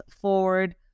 forward